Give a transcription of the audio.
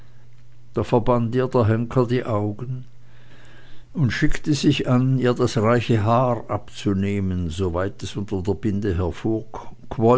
da verband ihr der henker die augen und schickte sich an ihr das reiche haar abzunehmen soweit es unter der binde